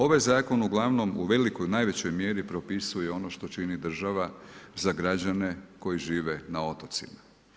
Ovaj zakon uglavnom u velikoj, najvećoj mjeri propisuje ono što čini država za građane koji žive na otocima.